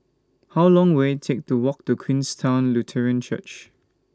How Long Will IT Take to Walk to Queenstown Lutheran Church